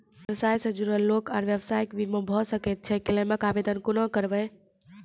व्यवसाय सॅ जुड़ल लोक आर व्यवसायक बीमा भऽ सकैत छै? क्लेमक आवेदन कुना करवै?